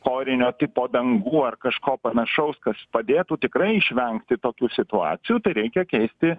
orinio tipo dangų ar kažko panašaus kas padėtų tikrai išvengti tokių situacijų tai reikia keisti